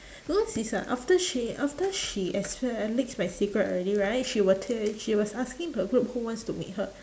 because it's like after she after she leaks my secret already right she will ta~ she was asking the group who wants to meet her